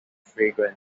fragrant